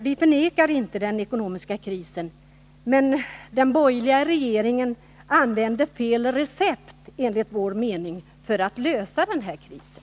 Vi förnekar inte den ekonomiska krisen, Claes Elmstedt, men den borgerliga regeringen använder enligt vår mening fel recept för att klara krisen.